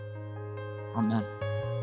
Amen